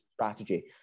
strategy